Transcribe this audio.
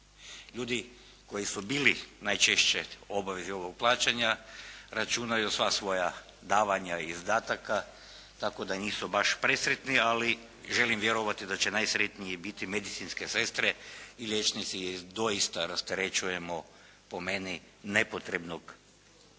Ljudi koji su bili najčešće u obavezi ovog plaćanja računaju sva svoja davanja i izdataka tako da nisu baš presretni ali želim vjerovati da će najsretnije biti medicinske sestre i liječnici jer doista rasterećujemo po meni nepotrebnog